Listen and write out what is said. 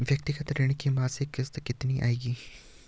व्यक्तिगत ऋण की मासिक किश्त कितनी आएगी?